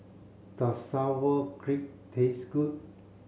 does Sauerkraut taste good